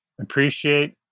appreciate